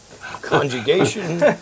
Conjugation